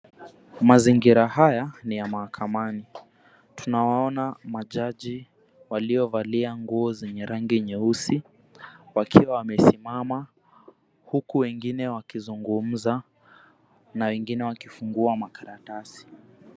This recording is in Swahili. Mazingira haya ni ya mahakamani. Tunawaona majaji waliovalia nguo zenye rangi nyeusi wakiwa wamesimama huku wengine wakizungumza na wengine wakifungua makaratasi.